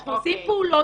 אנחנו עושים פעולות,